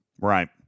Right